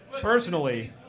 Personally